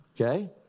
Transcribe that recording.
okay